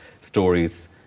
stories